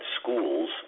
schools